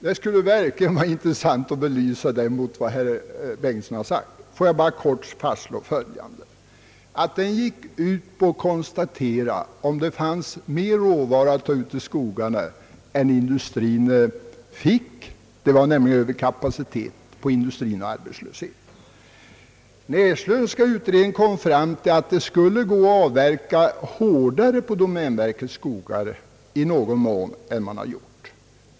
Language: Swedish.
Det skulle verkligen vara intressant att belysa den mot vad herr Bengtson har sagt. Får jag bara kort fastslå att den utredningen gick ut på att konstatera om det fanns mer råvara att ta ut i skogarna än vad industrin hade tillgång till. Det var nämligen överkapacitet på industrin och arbetslöshet. Den Näslundska utredningen kom fram till att det skulle gå att avverka något hårdare på domänverkets skogar än man gjort.